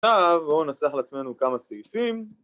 ‫אז בואו ננסח לעצמנו כמה סעיפים.